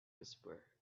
whisperer